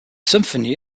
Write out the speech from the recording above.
symphony